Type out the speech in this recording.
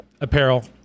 Apparel